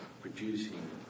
producing